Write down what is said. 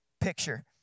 picture